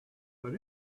put